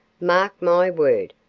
mark my word,